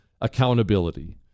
accountability